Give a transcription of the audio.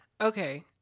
Okay